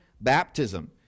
baptism